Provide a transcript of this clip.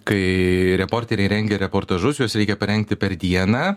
kai reporteriai rengia reportažus juos reikia parengti per dieną